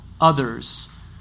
others